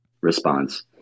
response